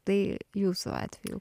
tai jūsų atveju